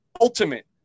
ultimate